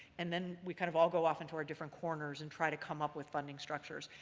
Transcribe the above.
and then we kind of all go off into our different corners and try to come up with funding structures.